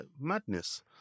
madness